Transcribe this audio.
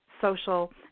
social